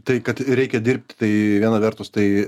tai kad reikia dirbti tai viena vertus tai